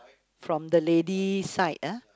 from the lady side ah